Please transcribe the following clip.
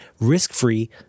risk-free